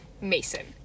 Mason